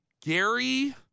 Gary